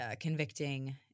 convicting